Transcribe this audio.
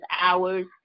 hours